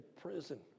prison